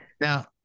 Now